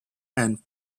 and